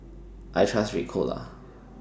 I Trust Ricola